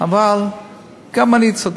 אבל גם אני צודק.